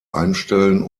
einstellen